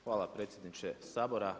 Hvala predsjedniče Sabora.